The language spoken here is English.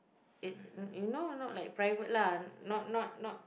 it you know you know like private lah not not not